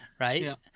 Right